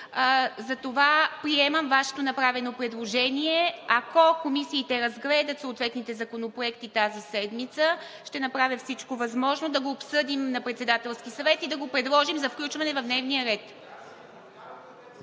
Затова приемам Вашето направено предложение. Ако комисиите разгледат съответните законопроекти тази седмица, ще направя всичко възможно да го обсъдим на Председателския съвет и да предложим за включване в дневния ред.